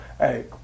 Hey